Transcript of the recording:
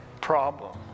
problem